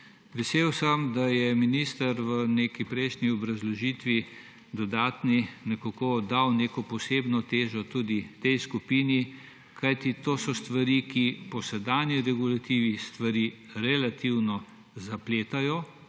Vesel sem, da je minister v neki prejšnji dodatni obrazložitvi nekako dal neko posebno težo tudi tej skupini, kajti to so stvari, ki po sedanji regulativi stvari relativno zapletajo,